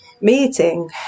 meeting